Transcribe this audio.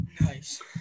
nice